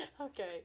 Okay